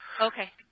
okay